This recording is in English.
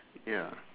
ya